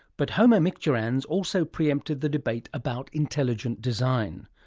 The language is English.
but homo micturans also pre-empted the debate about intelligent design.